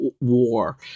war